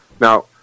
Now